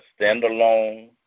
standalone